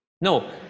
No